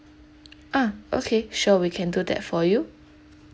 ah okay sure we can do that for you